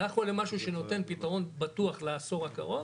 הלכנו למשהו שנותן פתרון פתוח לעשור הקרוב,